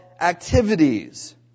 activities